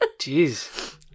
Jeez